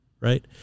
right